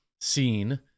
seen